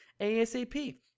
ASAP